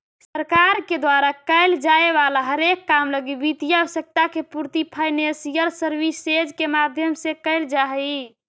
सरकार के द्वारा कैल जाए वाला हरेक काम लगी वित्तीय आवश्यकता के पूर्ति फाइनेंशियल सर्विसेज के माध्यम से कैल जा हई